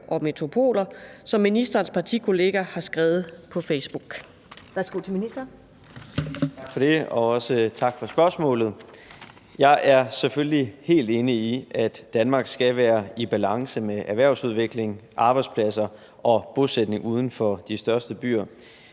Værsgo til ministeren. Kl. 17:04 Erhvervsministeren (Simon Kollerup): Tak for det, og også tak for spørgsmålet. Jeg er selvfølgelig helt enig i, at Danmark skal være i balance med erhvervsudvikling, arbejdspladser og bosætning uden for de største byer.